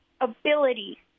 ability